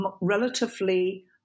relatively